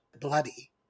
bloody